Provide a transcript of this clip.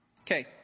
Okay